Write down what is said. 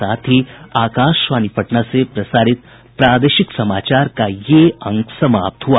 इसके साथ ही आकाशवाणी पटना से प्रसारित प्रादेशिक समाचार का ये अंक समाप्त हुआ